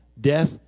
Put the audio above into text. Death